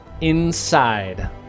inside